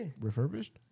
Refurbished